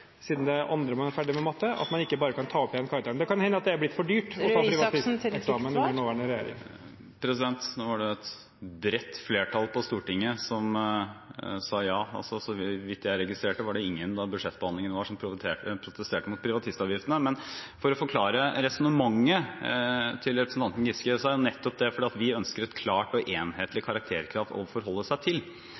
siden man også understreker poenget med at det må ta et år, når det er i andre man er ferdig med matte, at man ikke bare kan ta opp igjen karakteren. Men det kan hende at det har blitt for dyrt å ta privatisteksamen under nåværende regjering. Nå var det et bredt flertall på Stortinget som sa ja, og så vidt jeg registrerte, var det ingen da budsjettbehandlingen var, som protesterte mot privatistavgiftene. Men for å forklare resonnementet for representanten Giske: Det er nettopp fordi vi ønsker et klart og enhetlig karakterkrav å forholde seg til.